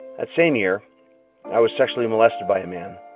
that same year i was sexually molested by a man.